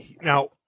Now